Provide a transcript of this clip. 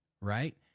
right